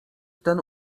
ten